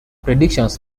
predictions